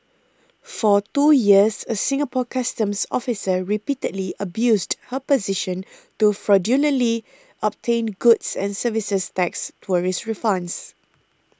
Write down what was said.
for two years a Singapore Customs officer repeatedly abused her position to fraudulently obtain goods and services tax tourist refunds